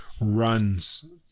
runs